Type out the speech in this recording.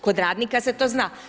Kod radnika se to zna.